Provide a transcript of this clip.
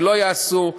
שלא ייעשו,